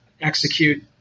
execute